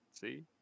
See